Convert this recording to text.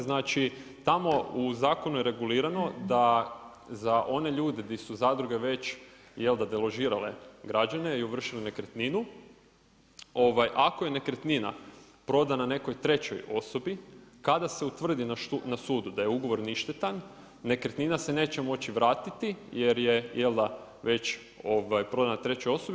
Znači, tamo u zakonu je regulirano da za one ljude di su zadruge već, jel' da deložirale građane i ovršile nekretninu, ako je nekretnina prodana nekoj trećoj osobi kada se utvrdi na sudu da je ugovor ništetan nekretnina se neće moći vratiti jer je jel' da već prodana trećoj osobi.